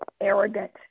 arrogant